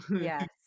Yes